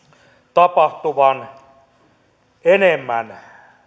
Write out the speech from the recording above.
tapahtuvan enemmän